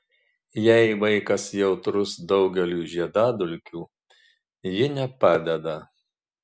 jei vaikas jautrus daugeliui žiedadulkių ji nepadeda